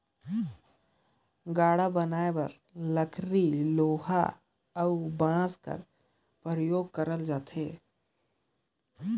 गाड़ा बनाए बर लकरी लोहा अउ बाँस कर परियोग करल जाथे